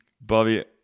Bobby